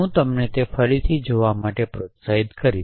હું તમને તે ફરીથી જોવા માટે પ્રોત્સાહિત કરીશ